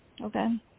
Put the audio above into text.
Okay